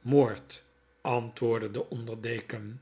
moord antwoordde de onder deken